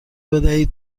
بدهید